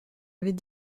avait